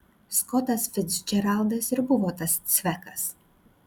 skotas ficdžeraldas ir buvo tas cvekas